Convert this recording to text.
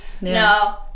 No